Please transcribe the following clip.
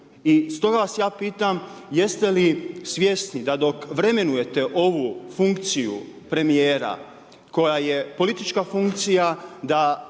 I stoga vas ja pitam, jeste li svjesni da dok vremenujete ovu funkciju premijera koja je politička funkcija